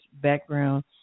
background